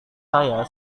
saya